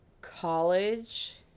college